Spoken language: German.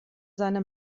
seine